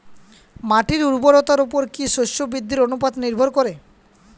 মাটির উর্বরতার উপর কী শস্য বৃদ্ধির অনুপাত নির্ভর করে?